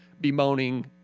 bemoaning